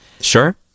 Sure